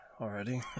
already